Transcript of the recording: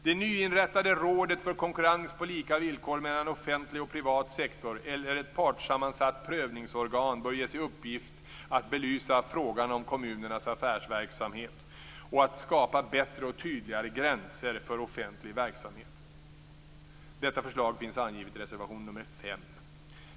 Det nyinrättade Rådet för konkurrens på lika villkor mellan offentlig och privat sektor eller ett partssammansatt prövningsorgan bör ges i uppgift att belysa frågan om kommunernas affärsverksamhet och att skapa bättre och tydligare gränser för offentlig verksamhet. Detta förslag finns angivet i reservation nr 5.